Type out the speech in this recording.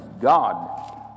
God